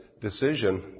decision